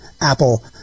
Apple